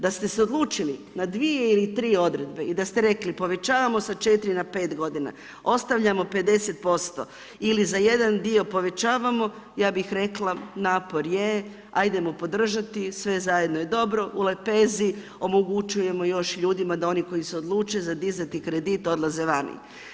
Da ste se odlučili na 2 ili 3 odredbe i da ste rekli povećamo sa 4 na 5 g. ostavljamo 50% ili za jedan dio povećavamo, ja bih rekla, napor je, ajdemo podržati, sve zajedno je dobro, u lepezi omogućujemo još ljudima da oni koji se odluče za dizati kredit, odlaze vani.